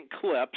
clips